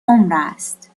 عمرست